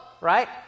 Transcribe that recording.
right